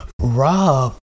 Rob